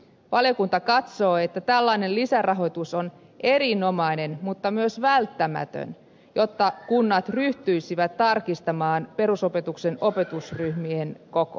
valiokunta katsoo että tällainen lisärahoitus on erinomainen mutta myös välttämätön jotta kunnat ryhtyisivät tarkistamaan perusopetuksen opetusryhmien kokoa